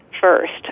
first